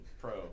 pro